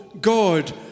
God